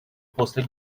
после